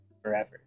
forever